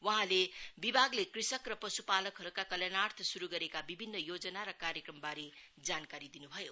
वहाँले विभागले कृषक र पशुपालकहरुका कल्याणार्थ श्रु गरेका विभिन्न योजना र कार्यक्रमवारे जानकारी दिनु भयो